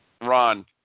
Ron